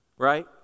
right